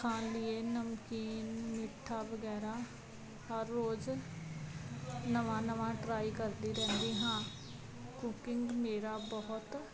ਖਾਣ ਲਈ ਨਮਕੀਨ ਮਿੱਠਾ ਵਗੈਰਾ ਹਰ ਰੋਜ਼ ਨਵਾਂ ਨਵਾਂ ਟਰਾਈ ਕਰਦੀ ਰਹਿੰਦੀ ਹਾਂ ਕੁਕਿੰਗ ਮੇਰਾ ਬਹੁਤ